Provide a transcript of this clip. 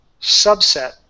subset